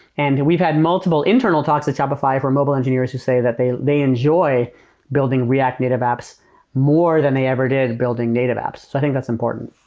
and we've had multiple internal talks at shopify for mobile engineers who say that they they enjoy building react native apps more than they ever did building native apps. i think that's important.